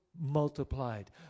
multiplied